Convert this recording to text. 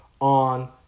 on